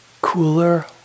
cooler